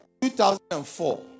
2004